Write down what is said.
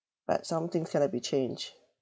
but some things cannot be change